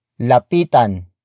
Lapitan